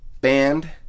band